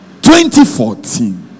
2014